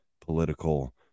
political